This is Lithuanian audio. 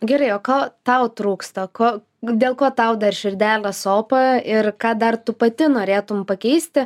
gerai o ką tau trūksta ko dėl ko tau dar širdelę sopa ir ką dar tu pati norėtum pakeisti